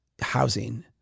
housing